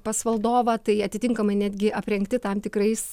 pas valdovą tai atitinkamai netgi aprengti tam tikrais